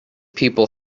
people